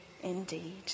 indeed